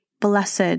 blessed